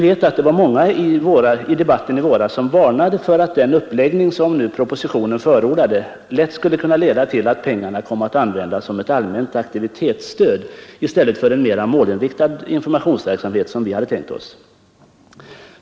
Det var många som i debatten varnade för att den uppläggning av verksamheten som propositionen förordade lätt skulle kunna leda till att pengarna kom att användas som ett allmänt aktivitetsstöd i stället för till en mera målinriktad informationsverksamhet som vi hade tänkt oss.